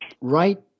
right